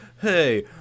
hey